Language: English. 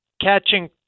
catching